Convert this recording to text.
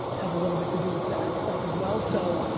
has a little bit to do with that stuff as well. so,